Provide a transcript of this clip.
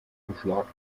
beschlagnahmt